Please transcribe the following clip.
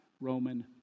Roman